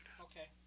Okay